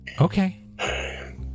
Okay